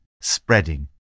spreading